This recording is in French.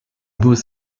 beaux